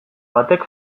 batek